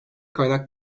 kaynak